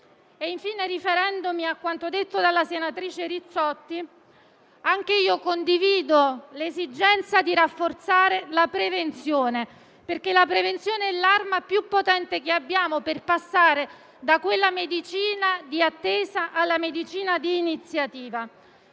Infine, riferendomi a quanto detto dalla senatrice Rizzotti, vorrei rilevare che anche io condivido l'esigenza di rafforzare la prevenzione, perché è l'arma più potente che abbiamo per passare dalla medicina di attesa a quella di iniziativa.